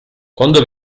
quando